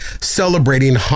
celebrating